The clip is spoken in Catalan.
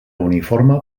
uniforme